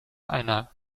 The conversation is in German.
einer